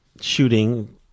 shooting